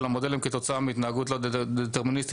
המודלים כתוצאה מהתנהגות לא דטרמיניסטית.